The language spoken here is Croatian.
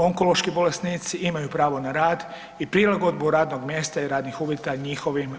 Onkološki bolesnici imaju pravo na rad i prilagodbu radnog mjesta i radnih uvjeta njihovim